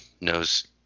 knows